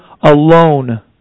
alone